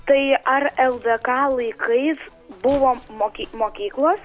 tai ar ldk laikais buvo moky mokyklos